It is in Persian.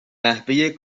نحوه